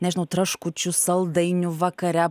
nežinau traškučių saldainių vakare